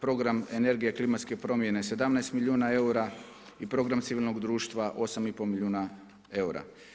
Program energije klimatske promjene 17 milijuna eura i Program civilnog društva 8,5 milijuna eura.